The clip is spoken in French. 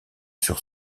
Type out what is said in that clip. sur